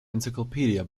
encyclopedia